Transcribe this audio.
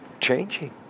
changing